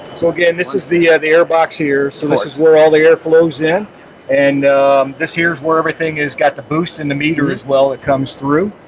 so again this is the yeah the air box here so this is where all the air flows in and this here is where everything has got the boost in the meter as well it comes through.